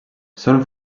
són